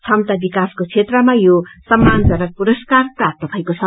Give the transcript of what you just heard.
क्षमता विकासको क्षेत्रमा यो सम्मानजनक पुरस्कार प्राप्त भएको छ